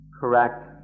correct